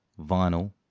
vinyl